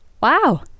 Wow